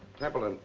templeton,